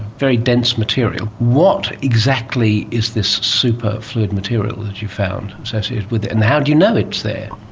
very dense material. what exactly is this superfluid material that you found associated with it, and how do you know it's there?